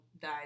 died